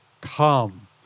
come